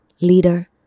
leader